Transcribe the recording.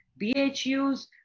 BHUs